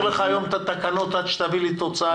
לך היום את התקנות עד שתביא לי תוצאה?